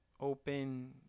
open